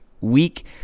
week